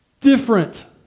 different